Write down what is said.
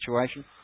situation